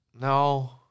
No